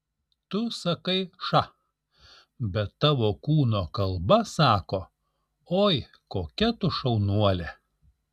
tu sakai ša bet tavo kūno kalba sako oi kokia tu šaunuolė